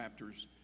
raptors